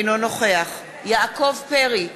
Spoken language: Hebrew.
אינו נוכח יעקב פרי,